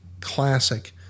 classic